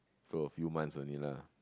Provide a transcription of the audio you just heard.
so a few months only lah